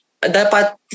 dapat